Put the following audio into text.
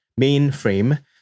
mainframe